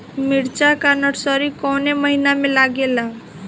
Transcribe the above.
मिरचा का नर्सरी कौने महीना में लागिला?